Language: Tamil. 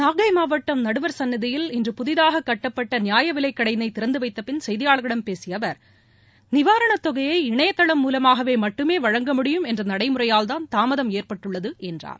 நாகை மாவட்டம் நடுவர்சன்னதியில் இன்று புதிதாக கட்டப்பட்ட நியாய விலைக்கடையினை திறந்துவைத்தபின் செய்தியாளர்களிடம் பேசிய அவர் நிவாரணத் தொகையை இணையதளம் மூலமாகவே மட்டுமே வழங்க முடியும் என்ற நடைமுறையால்தான் தாமதம் ஏற்பட்டுள்ளது என்றார்